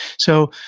so,